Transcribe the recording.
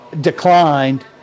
declined